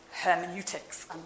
hermeneutics